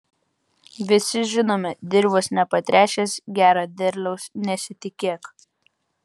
visi žinome dirvos nepatręšęs gero derliaus nesitikėk